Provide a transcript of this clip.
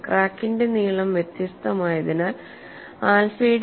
ക്രാക്കിന്റെ നീളം വ്യത്യസ്തമായതിനാൽ ആൽഫയുടെ മൂല്യം 0